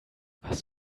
was